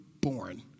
born